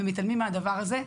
ומתעלמים מהדבר הזה.